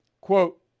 quote